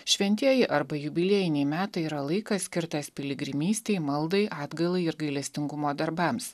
šventieji arba jubiliejiniai metai yra laikas skirtas piligrimystei maldai atgailai ir gailestingumo darbams